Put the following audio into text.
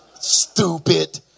Stupid